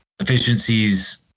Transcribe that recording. efficiencies